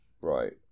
right